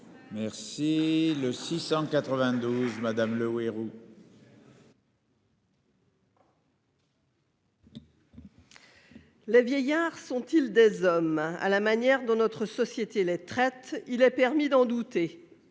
présenter l'amendement n° 692. « Les vieillards sont-ils des hommes ? À la manière dont notre société les traite, il est permis d'en douter